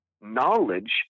knowledge